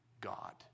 God